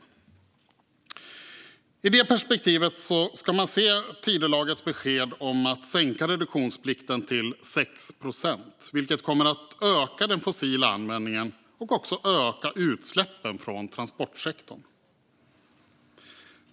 Det är i det perspektivet man ska se Tidölagets besked om att sänka reduktionsplikten till 6 procent, vilket kommer att öka den fossila användningen och öka utsläppen från transportsektorn.